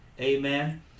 Amen